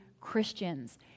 Christians